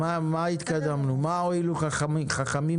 שנדון בוועדת